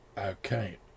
Okay